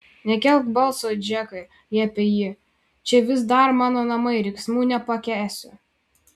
nekelk balso džekai liepė ji čia vis dar mano namai riksmų nepakęsiu